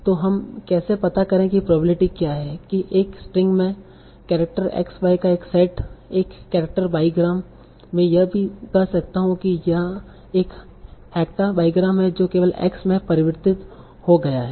तो हम केसे पता करे कि प्रोबेब्लिटी क्या है कि एक स्ट्रिंग में केरेक्टर x y का एक सेट एक केरेक्टर बाइग्राम मैं यह भी कह सकता हूं कि यह एक हेक्टा बाइग्राम है जो केवल x में परिवर्तित हो गया है